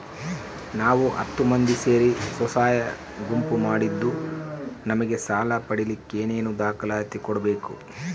ನಾವು ಹತ್ತು ಮಂದಿ ಸೇರಿ ಸ್ವಸಹಾಯ ಗುಂಪು ಮಾಡಿದ್ದೂ ನಮಗೆ ಸಾಲ ಪಡೇಲಿಕ್ಕ ಏನೇನು ದಾಖಲಾತಿ ಕೊಡ್ಬೇಕು?